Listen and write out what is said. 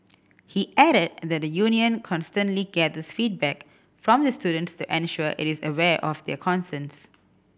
he added that the union constantly gathers feedback from the students to ensure it is aware of their concerns